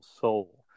soul